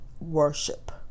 worship